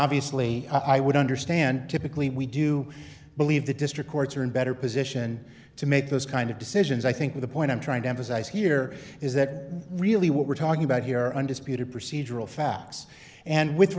obviously i would understand typically we do believe the district courts are in better position to make those kind of decisions i think the point i'm trying to emphasize here is that really what we're talking about here undisputed procedural facts and with